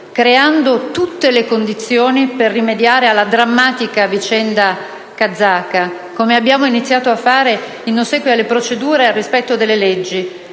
creando tutte le condizioni per rimediare alla drammatica vicenda kazaka, come abbiamo iniziato a fare in ossequio alle procedure e al rispetto delle leggi,